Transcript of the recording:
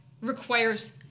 requires